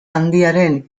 handiaren